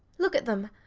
look at them.